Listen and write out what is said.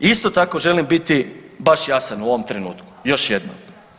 I isto tako želim biti baš jasan u ovom trenutku još jednom.